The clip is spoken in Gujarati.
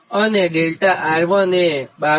અને 𝛿𝑅1 એ 22